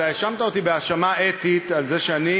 אתה האשמת אותי בהאשמה אתית על זה שאני